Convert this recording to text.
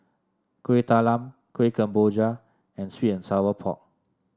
Kuih Talam Kuih Kemboja and sweet and Sour Pork